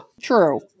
true